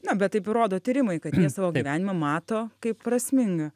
na bet taip rodo tyrimai kad jie savo gyvenimą mato kaip prasmingą